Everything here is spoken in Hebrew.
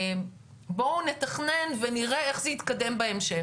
בואו נתכנן ונראה איך זה התקדם בהמשך,